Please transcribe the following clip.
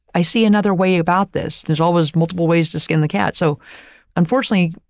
i see another way about this. there's always multiple ways to skin the cat. so unfortunately,